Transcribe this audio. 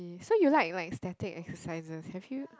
so you like like static exercise have you